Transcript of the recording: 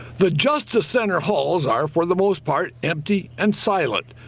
the justice center holes are for the most part empty and silent.